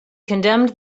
condemned